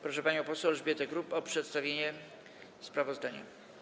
Proszę panią poseł Elżbietę Kruk o przedstawienie sprawozdania.